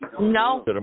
No